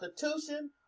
Constitution